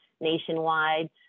nationwide